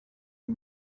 and